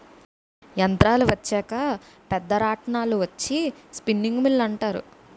యంత్రాలు వచ్చాక పెద్ద రాట్నాలు వచ్చి స్పిన్నింగ్ మిల్లు అంటారు